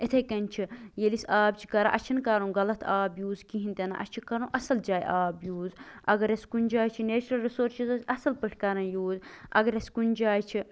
یِتھٕے کٔنۍ چھُ ییٚلہِ أسۍ آب چھِ کران اَسہِ چھُنہٕ کرُن غلط آب یوٗز کِہیٖنٛۍ تہِ نہٕ اَسہِ چھُ کَرُن اَصٕل جایہِ آب یوٗز اَگر اَسہِ کُنہِ جایہِ چھِ نیچرَل رِسورسٕز چھِ أسۍ اَصٕل پٲٹھۍ کران یوٗز اَگر أسۍ کُنہِ جایہِ چھِ